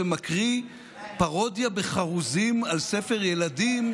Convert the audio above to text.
ומקריא פרודיה בחרוזים על ספר ילדים.